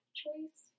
choice